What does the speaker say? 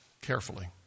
carefully